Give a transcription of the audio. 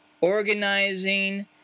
organizing